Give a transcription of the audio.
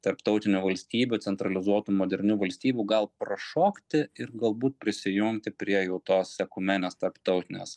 tarptautinio valstybių centralizuotų modernių valstybių gal prašokti ir galbūt prisijungti prie jau tos ekumenės tarptautinės